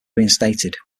reinstated